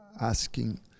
asking